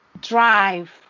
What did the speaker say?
drive